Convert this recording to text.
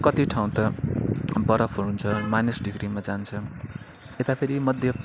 कति ठाउँ त बरफहरू हुन्छ माइनस डिग्रीमा जान्छ यता फेरि मध्य